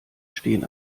stehen